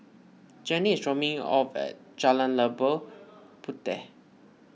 Jenni is dropping me off at Jalan Labu Puteh